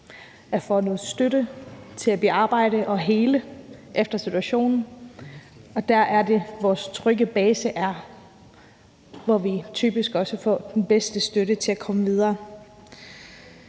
kan få noget støtte til at bearbejde og hele efter situationen. Det er der, vores trygge base er, hvor vi typisk også får den bedste støtte til at komme videre.